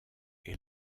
est